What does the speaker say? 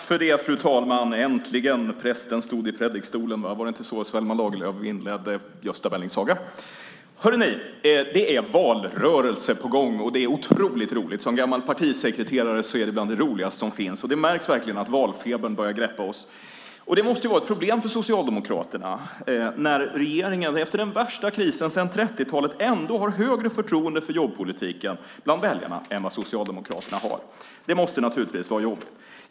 Fru talman! Äntligen stod prästen i predikstolen! Var det inte så Selma Lagerlöf inledde Gösta Berlings saga ? Hör ni ni! Det är valrörelse på gång, och det är otroligt roligt. Som gammal partisekreterare tycker jag att det är bland det roligaste som finns. Det märks verkligen att valfebern börjar greppa oss. Det måste vara ett problem för Socialdemokraterna när regeringen efter den värsta krisen sedan 30-talet ändå har högre förtroende för jobbpolitiken bland väljarna än vad Socialdemokraterna har. Det måste naturligtvis vara jobbigt.